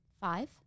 Five